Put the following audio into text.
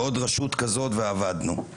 עוד רשות כזאת ואבדנו.